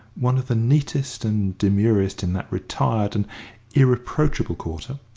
one of the neatest and demurest in that retired and irreproachable quarter,